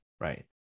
right